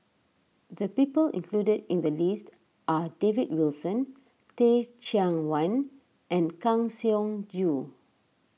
the people included in the list are David Wilson Teh Cheang Wan and Kang Siong Joo